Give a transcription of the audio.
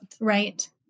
Right